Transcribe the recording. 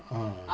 ah